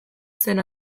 zen